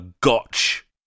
gotch